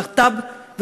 להט"ב,